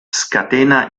scatena